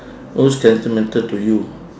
most sentimental to you